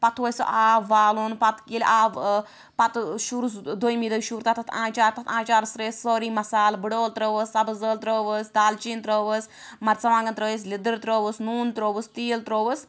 پتہٕ تھوٚو اسہِ سُہ آب والُن پَتہٕ ییٚلہِ آب ٲں پَتہٕ شوٗرُس ٲں دوٚیمہِ دُہۍ شوٗر تتھ آنٛچار تتھ آنچارَس ترٛٲیۍ اسہِ سورُے مَصالہٕ بٕڈٕ ٲلہٕ ترٛٲوٕس سبٕز ٲلہ ترٛٲوٕس دالچیٖن ترٛٲوٕس مَرژٕوانٛگن ترٛٲیِس لِدٕر ترٛٲوٕس نوٗن ترٛووُس تیٖل ترٛووُس